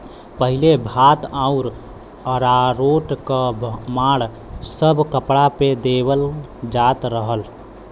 पहिले भात आउर अरारोट क माड़ सब कपड़ा पे देवल जात रहल